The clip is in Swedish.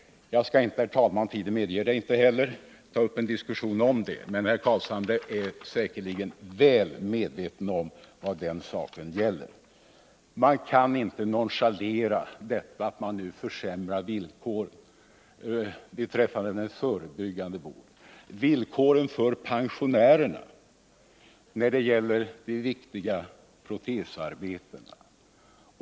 Jag skallinte —-tiden medger det inte heller —-ta upp en diskussion om detta, herr talman, men herr Carlshamre är säkerligen väl medveten om vad saken gäller. Man kan inte nonchalera att villkoren nu försämras beträffande den förebyggande vården och att villkoren för pensionärerna försämras när det gäller de viktiga protesarbetena.